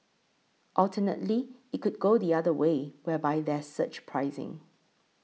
alternatively it could go the other way whereby there's surge pricing